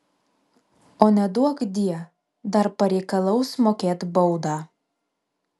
o neduokdie dar pareikalaus mokėt baudą